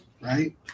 right